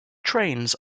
trains